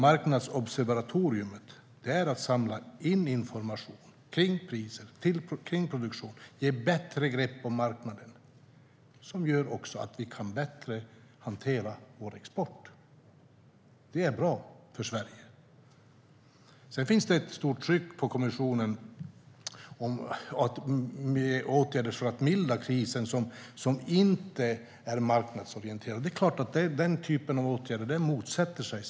Marknadsobservatoriet är till för att samla in information kring priser och produktion och ge bättre grepp om marknaden. Det gör att vi bättre kan hantera vår export, och det är bra för Sverige. Sedan finns det ett stort tryck på kommissionen att vidta åtgärder för att mildra krisen som inte är marknadsorienterade. Den typen av åtgärder är det klart att Sverige motsätter sig.